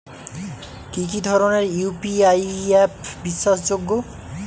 কি কি ধরনের ইউ.পি.আই অ্যাপ বিশ্বাসযোগ্য?